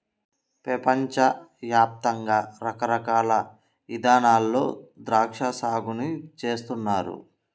పెపంచ యాప్తంగా రకరకాల ఇదానాల్లో ద్రాక్షా సాగుని చేస్తున్నారు